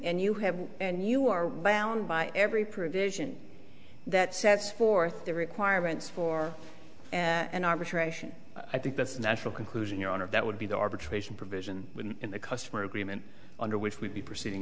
and you have and you are bound by every provision that sets forth the requirements for an arbitration i think that's a natural conclusion your honor that would be the arbitration provision in the customer agreement under which would be proceeding